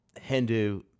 Hindu